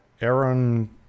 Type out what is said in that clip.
Aaron